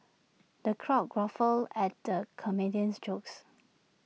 the crowd guffawed at the comedian's jokes